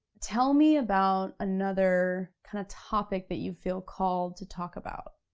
tell me about another kinda topic that you feel called to talk about.